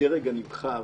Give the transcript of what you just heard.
לדרג הנבחר